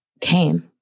came